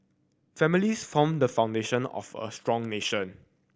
families form the foundation of a strong nation